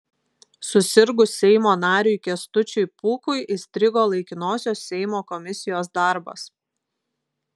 susirgus seimo nariui kęstučiui pūkui įstrigo laikinosios seimo komisijos darbas